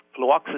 fluoxetine